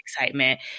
excitement